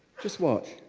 just watch.